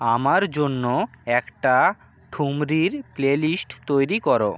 আমার জন্য একটা ঠুংরির প্লেলিস্ট তৈরি করো